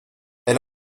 elle